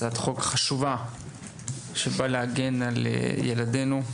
זו הצעת חוק חשובה שבאה להגן על ילדינו.